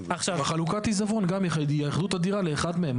חלוקת עזבון, גם יאחדו את הדירה לאחד מהם.